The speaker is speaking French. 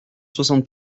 soixante